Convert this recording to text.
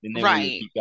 right